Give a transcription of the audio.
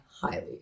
highly